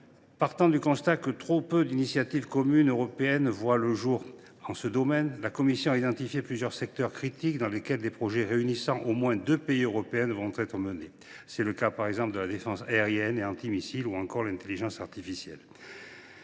Partant du constat que trop peu d’initiatives communes européennes voient le jour en ce domaine, la Commission européenne a identifié plusieurs secteurs critiques dans lesquels des projets réunissant au moins deux pays européens doivent être menés. Tel est par exemple le cas de la défense aérienne et antimissile, ou encore de l’intelligence artificielle.